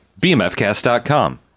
BMFcast.com